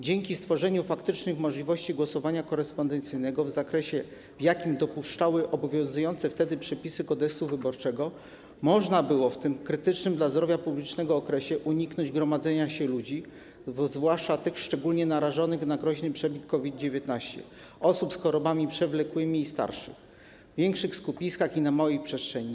Dzięki stworzeniu faktycznych możliwości głosowania korespondencyjnego w zakresie, w jakim dopuszczały to obowiązujące wtedy przepisy Kodeksu wyborczego, można było w tym krytycznym dla zdrowia publicznego okresie uniknąć gromadzenia się ludzi, zwłaszcza tych szczególnie narażonych na groźny przebieg COVID-19, osób z chorobami przewlekłymi i starszych, w większych skupiskach i na małej przestrzeni.